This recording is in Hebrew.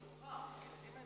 מתוכם.